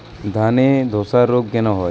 ধানে ধসা রোগ কেন হয়?